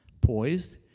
poised